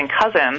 cousin